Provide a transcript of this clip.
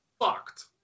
fucked